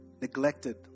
neglected